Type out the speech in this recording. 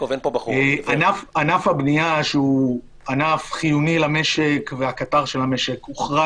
ענף הבנייה שהוא ענף חיוני למשק והקטר של המשק הוחרג